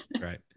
Right